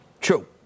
True